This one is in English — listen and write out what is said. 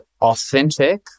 authentic